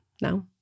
now